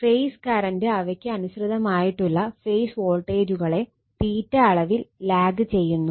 face current അവയ്ക്ക് അനുസൃതമായിട്ടുള്ള phase വോൾട്ടേജുകളെഅളവിൽ ലാഗ് ചെയ്യുന്നു